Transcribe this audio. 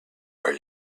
are